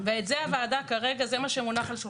זה מה שמונח כרגע על שולחן הוועדה.